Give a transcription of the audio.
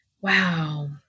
Wow